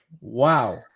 Wow